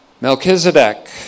Melchizedek